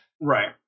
right